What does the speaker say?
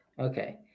Okay